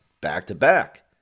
back-to-back